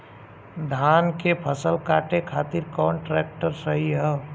धान के फसल काटे खातिर कौन ट्रैक्टर सही ह?